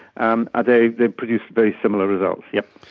and ah they they produce very similar results, yes.